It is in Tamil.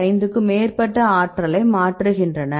5 க்கும் மேற்பட்ட ஆற்றலை மாற்றுகின்றன